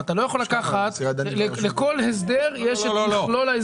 אתה לא יכול לקחת לכל הסדר יש את מכלול ההסדרים הנוגעים אליו.